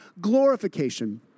glorification